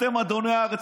אתם אדוני הארץ,